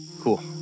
Cool